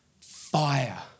Fire